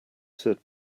said